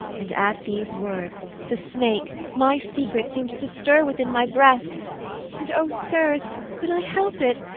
and at these words the snake, my secret, seemed to stir within my breast and oh, sirs, could i help it,